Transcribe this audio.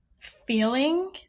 feeling